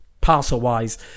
parcel-wise